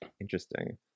interesting